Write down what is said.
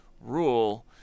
rule